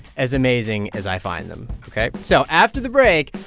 as amazing as i find them, ok? so after the break,